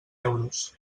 euros